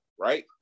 right